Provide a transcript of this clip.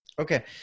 Okay